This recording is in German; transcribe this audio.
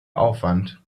aufwand